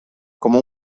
como